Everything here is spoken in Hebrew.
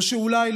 או שאולי,